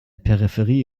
peripherie